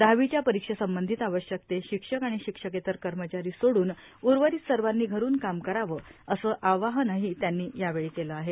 दहावीच्या परीक्षेसंबंधित आवश्यक ते शिक्षक आणि शिक्षकेतर कर्मचारी सोडून उर्वरित सर्वांनी घरुन काम करावे असे आवाहनही त्यांनी यावेळी केले आहे